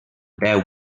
deu